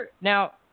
Now